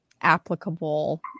applicable